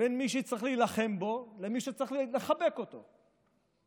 בין מי שצריך להילחם בו למי שצריך לחבק אותו ולומר: